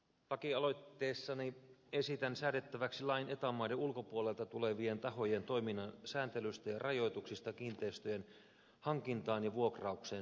lakialoitteessani esitän säädettäväksi lain eta maiden ulkopuolelta tulevien tahojen toiminnan sääntelystä ja rajoituksista kiinteistöjen hankintaan ja vuokraukseen suomessa